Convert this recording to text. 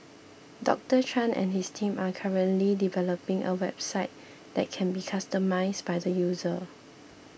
Doctor Chan and his team are currently developing a website that can be customised by the user